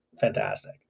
fantastic